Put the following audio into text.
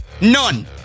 None